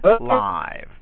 live